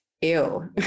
ew